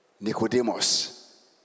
Nicodemus